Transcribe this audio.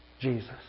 Jesus